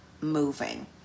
moving